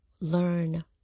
learn